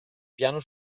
piano